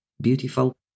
beautiful